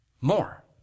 more